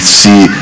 see